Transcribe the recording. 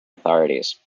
authorities